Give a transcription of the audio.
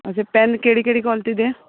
ਅੱਛਾ ਪੈੱਨ ਕਿਹੜੀ ਕਿਹੜੀ ਕੁਆਲਿਟੀ ਦੇ ਹੈ